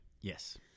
Yes